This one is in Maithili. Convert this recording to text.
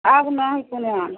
आर ना है कोनो आम